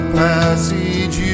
passage